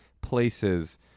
places